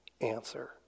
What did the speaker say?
answer